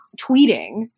tweeting